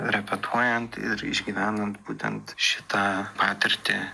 repetuojant ir išgyvenant būtent šitą patirtį